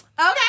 Okay